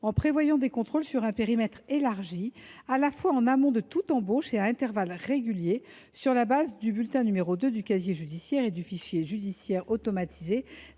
en prévoyant un périmètre élargi, à la fois en amont de toute embauche et à intervalles réguliers, sur la base du bulletin n° 2 du casier judiciaire et du fichier judiciaire national